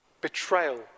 betrayal